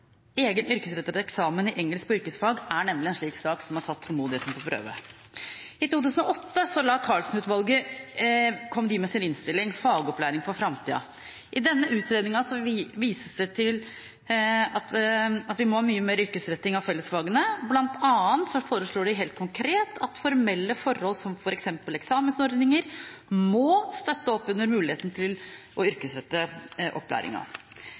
prøve. I 2008 kom Karlsen-utvalget med sin utredning: Fagopplæring for framtida. I denne utredningen vises det til at vi må ha mye mer yrkesretting av fellesfagene. Blant annet foreslår de helt konkret at formelle forhold som f.eks. eksamensordninger må støtte opp under muligheten til å yrkesrette